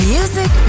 Music